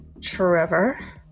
Trevor